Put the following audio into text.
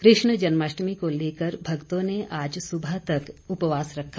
कृष्ण जन्माष्टमी को लेकर भक्तों ने आज सुबह तक उपवास रखा